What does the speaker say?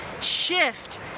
shift